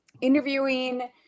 interviewing